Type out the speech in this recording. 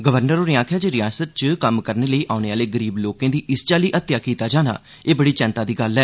governor होरें आखेआ जे रिआसत च कम्म करने लेई औने आह्ले गरीब लोकें दी इस चाल्ली हत्तेआ कीता जाना एह बड़ी चैंता दी गल्ल ऐ